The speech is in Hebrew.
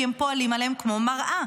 כי הם פועלים עליהם כמו מראה.